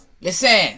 Listen